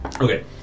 Okay